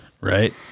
Right